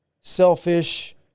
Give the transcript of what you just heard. selfish